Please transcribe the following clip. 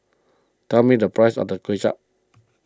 tell me the price of the Kway Chap